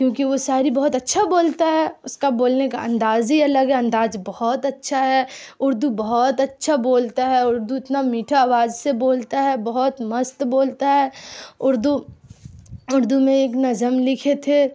کیونکہ وہ شاعری بہت اچھا بولتا ہے اس کا بولنے کا انداز ہی الگ ہے انداز بہت اچھا ہے اردو بہت اچھا بولتا ہے اردو اتنا میٹھا آواز سے بولتا ہے بہت مست بولتا ہے اردو اردو میں ایک نظم لکھے تھے